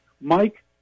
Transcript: Mike